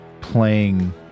playing